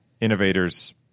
Innovators